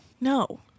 No